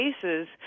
cases